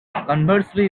conversely